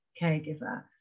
caregiver